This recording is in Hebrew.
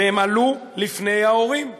והם עלו לפני ההורים,